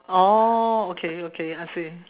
oh okay okay I see